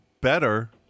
better